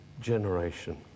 generation